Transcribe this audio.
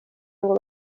ngo